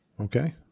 Okay